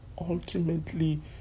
ultimately